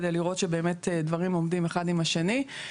כדי לראות שבאמת דברים עומדים אחד עם השני.